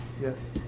Yes